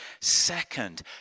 second